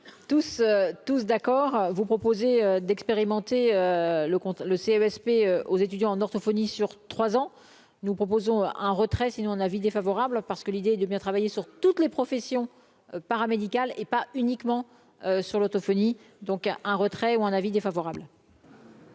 tous d'accord, vous proposer d'expérimenter le compte le CSP aux étudiants en orthophonie sur 3 ans, nous proposons un retrait si nous on avis défavorable, parce que l'idée de bien travailler sur toutes les professions paramédicales, et pas uniquement sur l'orthophonie, donc à un retrait ou un avis défavorable.